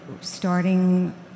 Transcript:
starting